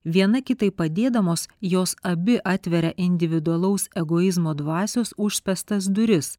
viena kitai padėdamos jos abi atveria individualaus egoizmo dvasios užspęstas duris